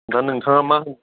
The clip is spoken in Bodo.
दा नोंथाङा मा होनो